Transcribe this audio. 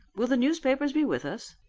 will the newspapers be with us?